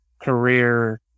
career